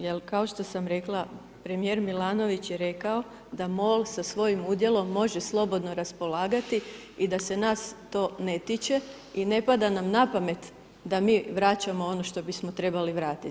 Jel' kao što sam rekla premijer Milanović je rekao da MOL sa svojim udjelom može slobodno raspolagati i da se nas to ne tiče i ne pada nam na pamet da mi vraćamo ono što bismo trebali vratiti.